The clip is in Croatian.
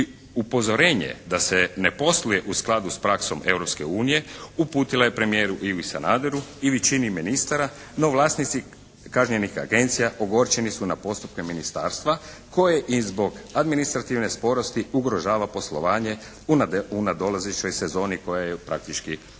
i upozorenje da se ne posluje u skladu s praksom Europske unije uputila je premijeru Ivi Sanaderu i većini ministara, no vlasnici kažnjenih agencija ogorčeni su na postupke ministarstva koji i zbog administrativne sporosti ugrožava poslovanje u nadolazećoj sezoni koja je praktički već